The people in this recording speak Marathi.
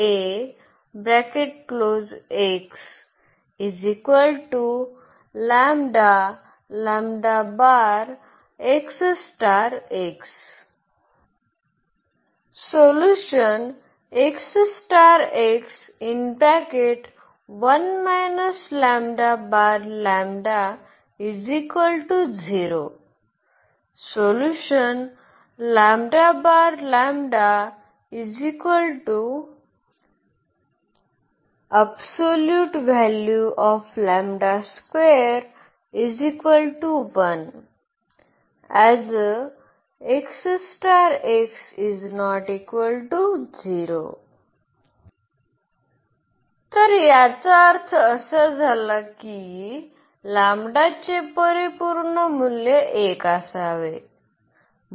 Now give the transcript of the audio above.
तर as तर याचा अर्थ असा झाला की चे परिपूर्ण मूल्य 1 असावे